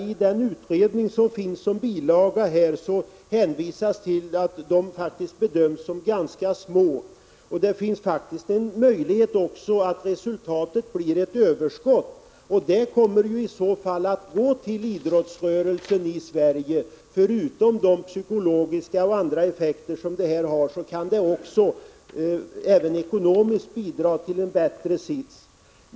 I den utredning som finns med som bilaga till propositionen hänvisas det till att de ekonomiska riskerna faktiskt bedöms som ganska små. Det finns också en möjlighet att resultatet blir ett överskott. Det kommer i så fall att gå till idrottsrörelsen i Sverige. Förutom de psykologiska och andra effekter det här arrangemanget kan ha, kan det alltså även bidra till en bättre situation ekonomiskt.